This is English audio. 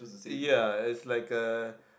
ya it's like a